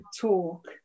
talk